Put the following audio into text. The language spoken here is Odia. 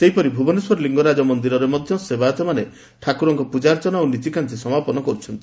ସେହିପରି ଭୁବନେଶ୍ୱର ଲିଙ୍ଗରାଜ ମନ୍ଦରରେ ମଧ୍ଧ ସେବାୟତମାନେ ଠାକୁରଙ୍କ ପୂଜାର୍ଚ୍ଚନା ଓ ନୀତିକାନ୍ତି ସମାପନ କରୁଛନ୍ତି